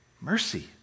Mercy